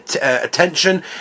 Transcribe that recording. attention